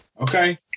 Okay